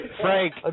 Frank